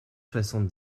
soixante